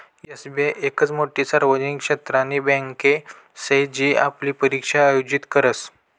SBI येकच मोठी सार्वजनिक क्षेत्रनी बँके शे जी आपली परीक्षा आयोजित करस